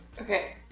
okay